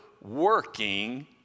working